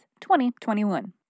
2021